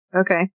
Okay